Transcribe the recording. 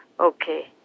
Okay